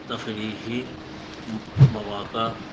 تفریحی مواقع